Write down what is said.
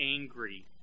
angry